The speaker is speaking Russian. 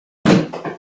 однако